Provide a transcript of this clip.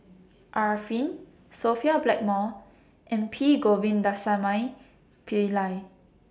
Arifin Sophia Blackmore and P Govindasamy Pillai